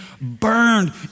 burned